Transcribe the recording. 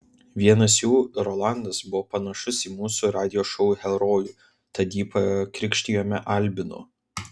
vienas jų rolandas buvo panašus į mūsų radijo šou herojų tad jį pakrikštijome albinu